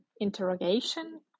interrogation